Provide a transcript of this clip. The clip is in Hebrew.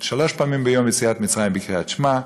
שלוש פעמים ביום את יציאת מצרים בקריאת שמע,